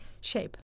shape